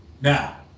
Now